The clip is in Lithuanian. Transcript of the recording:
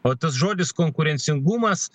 o tas žodis konkurencingumas